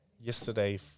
yesterday